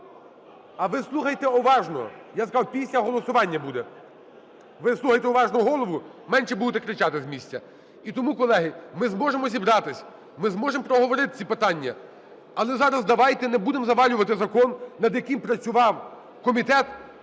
А ви слухайте уважно! Я сказав, після голосування буде. Ви слухайте уважно голову – менше будете кричати з місця. І тому, колеги, ми зможемо зібратися, ми зможемо проговорити ці питання, але зараз давайте не будемо "завалювати" закон, над яким працював комітет,